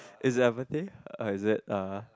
is it or is it uh